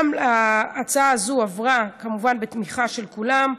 גם ההצעה הזאת עברה כמובן בתמיכה של כולם.